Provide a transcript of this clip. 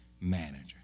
manager